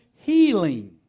healing